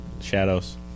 Shadows